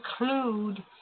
include